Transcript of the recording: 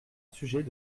sujet